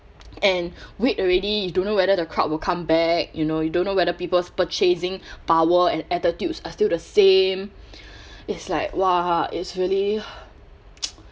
and wait already you don't know whether the crowd will come back you know you don't know whether people's purchasing power and attitudes are still the same is like !wah! it's really